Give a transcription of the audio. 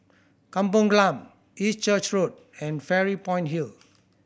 Kampong Glam East Church Road and Fairy Point Hill